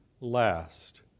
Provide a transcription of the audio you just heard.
last